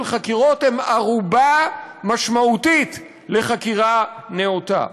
חקירות הם ערובה משמעותית לחקירה נאותה.